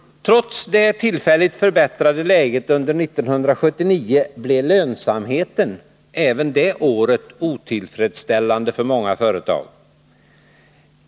Trots det tillfälligt förbättrade läget under 1979 blev lönsamheten även det året otillfredsställande för många företag.